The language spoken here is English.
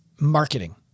Marketing